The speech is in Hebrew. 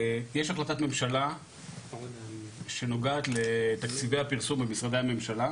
יש החלטת ממשלה שנוגעת לתקציבי הפרסום במשרדי הממשלה.